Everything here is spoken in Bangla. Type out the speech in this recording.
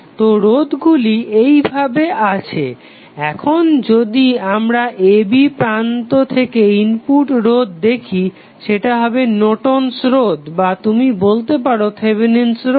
তো রোধগুলি এইভাবে আছে এখন যদি আমরা a b প্রান্ত থেকে ইনপুট রোধ দেখি সেটা হবে নর্টন'স রোধ Nortons resistance বা তুমি বলতে পারো থেভেনিন রোধ